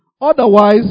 Otherwise